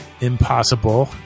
Impossible